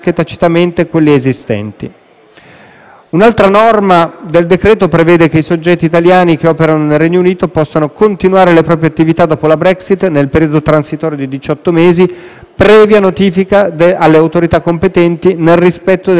Un'altra norma del decreto-legge prevede che i soggetti italiani che operano nel Regno Unito possano continuare le proprie attività dopo la Brexit nel periodo transitorio di diciotto mesi previa notifica alle autorità competenti nel rispetto delle disposizioni previste nel Regno Unito.